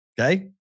Okay